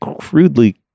crudely